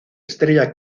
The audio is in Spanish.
estrella